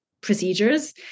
procedures